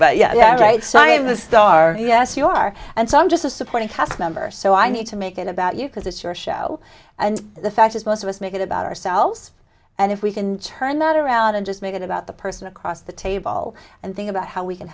star yes you are and so i'm just a supporting cast member so i need to make it about you because it's your show and the fact is most of us make it about ourselves and if we can turn that around and just make it about the person across the table and think about how we can